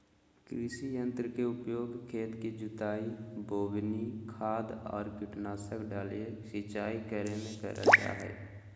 कृषि यंत्र के उपयोग खेत के जुताई, बोवनी, खाद आर कीटनाशक डालय, सिंचाई करे मे करल जा हई